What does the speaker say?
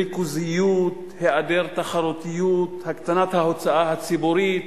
ריכוזיות, היעדר תחרותיות, הקטנת ההוצאה הציבורית